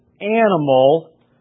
animal